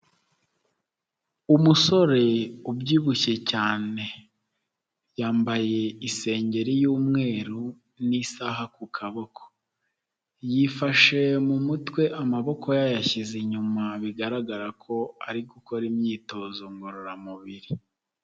Umusore ubyibushye cyane, yambaye isengeri y'umweru n'isaha ku kaboko, yifashe mu mutwe amaboko yayashyize inyuma bigaragara ko ari gukora imyitozo ngororamubiri.